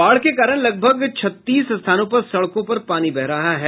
बाढ़ के कारण लगभग छत्तीस स्थानों पर सड़कों पर पानी बह रहा है